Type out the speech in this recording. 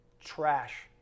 trash